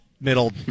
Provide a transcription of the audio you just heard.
Middle